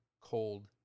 cold